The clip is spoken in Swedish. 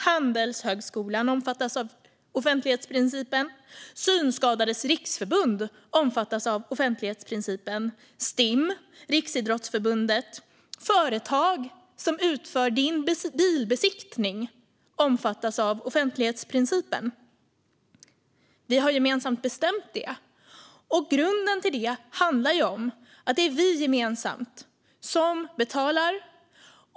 Handelshögskolan omfattas av offentlighetsprincipen. Synskadades riksförbund omfattas av offentlighetsprincipen. Stim, Riksidrottsförbundet och företag som utför din bilbesiktning omfattas av offentlighetsprincipen. Vi har gemensamt bestämt att det ska vara så, och grunden till det är att det är vi gemensamt som betalar.